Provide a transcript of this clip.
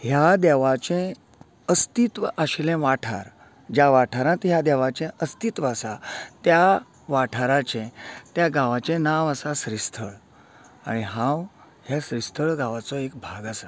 ह्या देवाचें अस्तित्व आशिल्ले वाठार ज्या वाठारांत ह्या देवाचे अस्तित्व आसा त्या वाठाराचे त्या गांवाचे नांव आसा श्रीस्थळ आनी हांव हे श्रीस्थळ गांवाचो एक भाग आसा